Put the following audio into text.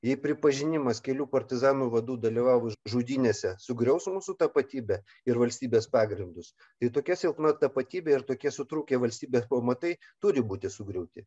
jei pripažinimas kelių partizanų vadų dalyvavus žudynėse sugriaus mūsų tapatybę ir valstybės pagrindus tai tokia silpna tapatybė ir tokie sutrūkę valstybės pamatai turi būti sugriauti